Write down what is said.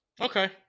Okay